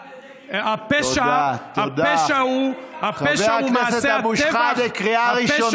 ומי שעשה את הפשע בעצמו קרא לזה כיבוש.